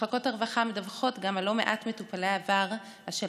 מחלקות הרווחה מדווחות גם על לא מעט מטופלי עבר אשר